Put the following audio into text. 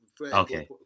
Okay